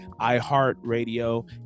iHeartRadio